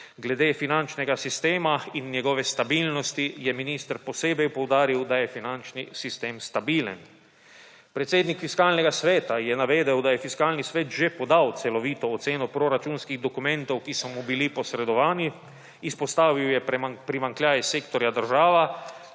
Glede finančnega sistema in njegove stabilnosti je minister posebej poudaril, da je finančni sistem stabilen. Predsednik Fiskalnega sveta je navedel, da je Fiskalni svet že podal celovito oceno proračunskih dokumentov, ki so mu bili posredovani, izpostavil je primanjkljaj sektorja država,